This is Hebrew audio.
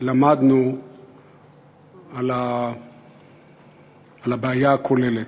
למדנו על הבעיה הכוללת.